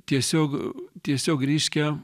tiesiog tiesiog reiškia